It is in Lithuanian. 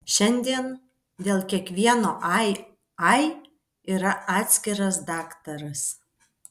šiandien dėl kiekvieno ai ai yra atskiras daktaras